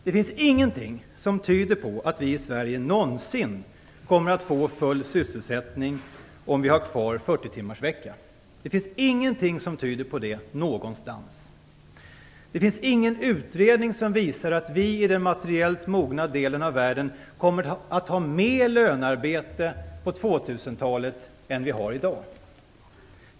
Det finns ingenting som tyder på att vi i Sverige någonsin kommer att få full sysselsättning om vi har kvar 40-timmarsveckan. Det finns ingen utredning som visar att vi i den materiellt mogna delen av världen kommer att ha mer lönearbete på 2000-talet än i dag.